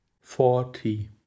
forty